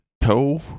toe